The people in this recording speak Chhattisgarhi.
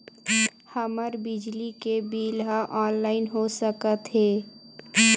हमर बिजली के बिल ह ऑनलाइन हो सकत हे?